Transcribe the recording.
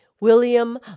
William